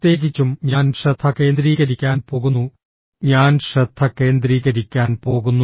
പ്രത്യേകിച്ചും ഞാൻ ശ്രദ്ധ കേന്ദ്രീകരിക്കാൻ പോകുന്നു ഞാൻ ശ്രദ്ധ കേന്ദ്രീകരിക്കാൻ പോകുന്നു